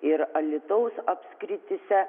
ir alytaus apskrityse